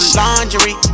laundry